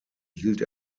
hielt